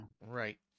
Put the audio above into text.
Right